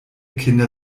kinder